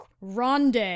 ronde